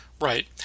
Right